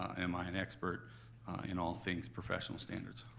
am i an expert in all things professional standards.